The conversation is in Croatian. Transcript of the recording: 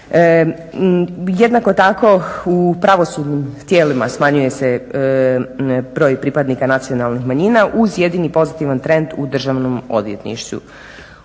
Jednako tako u pravosudnim tijelima smanjuje se broj pripadnika nacionalnih manjina uz jedini pozitivan trend u Državnom odvjetništvu.